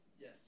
Yes